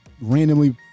randomly